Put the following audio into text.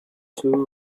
two